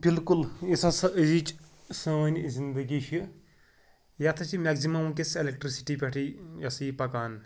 بالکُل یۄس ہسا أزِچ سٲنۍ زندگی چھِ یتھ حظ چھِ میکزِمم وٕنۍکٮ۪س اٮ۪لکٹرسٹی پٮ۪ٹھٕے یہِ ہسا یہِ پکان